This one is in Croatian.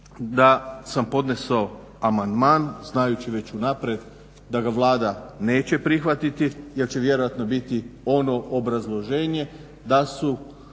da sam podnesao amandman znajući već unaprijed da ga Vlada neće prihvatiti jer će vjerojatno biti ono obrazloženje da su